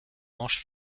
manche